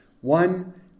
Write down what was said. One